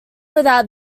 without